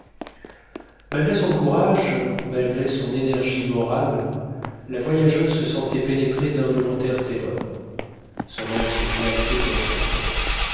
malgré son courage malgré son énergie morale la voyageuse se sentait pénétrée d'involontaires terreurs son âme se glaçait comme son corps